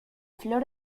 flor